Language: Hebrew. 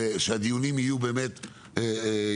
כדי שהדיונים יהיו יותר נכונים.